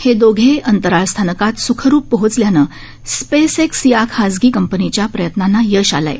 हे दोघे अंतराळ स्थानकात सुखरुप पोहोचल्याने स्पेस एक्स या खासगी कंपनीच्या प्रयत्नांना यश आले आहे